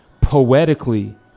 poetically